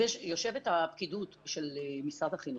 יושבת הפקידות של משרד החינוך,